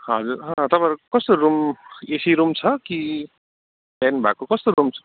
हजुर अँ तपाईँहरूको कस्तो रुम एसी रुम छ कि फ्यान भएको कस्तो रुम छ